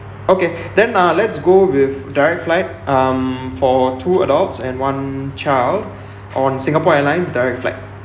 okay then uh let's go with direct flight um for two adults and one child on singapore airlines' direct flight